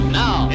now